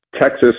Texas